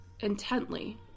intently